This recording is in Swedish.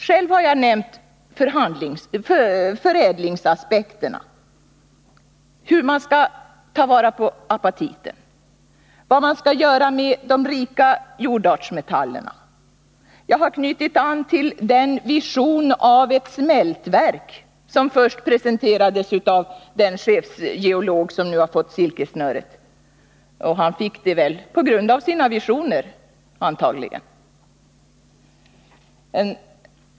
Själv har jag nämnt förädlingsaspekterna, hur man skall ta vara på apatiten, vad man skall göra med de rika jordartsmetallerna. Jag har också knutit an till den vision av ett smältverk som först presenterades av den chefgeolog som nu har fått silkessnöret — han fick det väl på grund av sina visioner, antagligen.